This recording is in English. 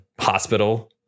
hospital